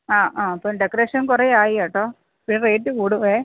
ആ ആ ഇപ്പം ഡെകറേഷൻ കുറേ ആയി കേട്ടോ റേറ്റ് കൂടുമേ